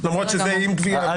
למרות שזה עם גבייה.